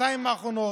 בשנתיים האחרונות,